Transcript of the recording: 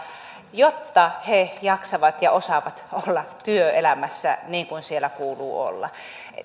jotta he jaksavat ja osaavat olla työelämässä niin kuin siellä kuuluu olla